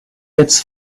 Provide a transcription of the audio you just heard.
its